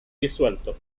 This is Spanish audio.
disuelto